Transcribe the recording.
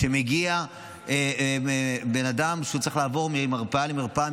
כשמגיע בן אדם שצריך לעבור ממרפאה למרפאה,